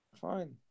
Fine